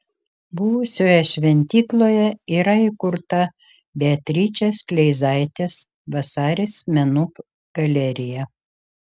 buvusioje šventykloje yra įkurta beatričės kleizaitės vasaris menų galerija